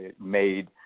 made